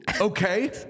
Okay